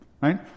Right